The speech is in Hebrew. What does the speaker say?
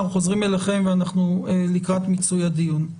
אנחנו חוזרים אליכם ואנחנו לקראת מיצוי הדיון.